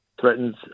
threatens